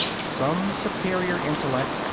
some superior intellect,